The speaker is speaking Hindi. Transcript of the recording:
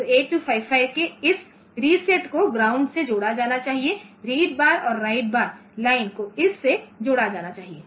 तो 8255 के इस रीसेट को ग्राउंड से जोड़ा जाना चाहिए रीड बार और राइट बार लाइन को इस से जोड़ा जाना चाहिए